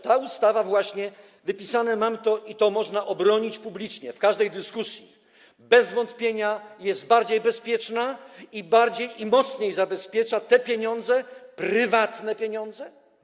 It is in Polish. Ta ustawa - mam to wypisane i to można obronić publicznie w każdej dyskusji - bez wątpienia jest bardziej bezpieczna i mocniej zabezpiecza te pieniądze, prywatne pieniądze.